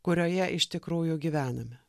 kurioje iš tikrųjų gyvename